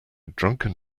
drunken